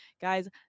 guys